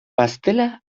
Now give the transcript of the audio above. pastela